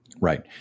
Right